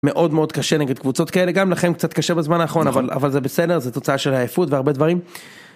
מאוד מאוד קשה נגד קבוצות כאלה גם לכם קצת קשה בזמן האחרון אבל אבל זה בסדר זה תוצאה של עייפות והרבה דברים.